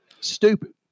Stupid